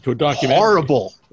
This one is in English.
horrible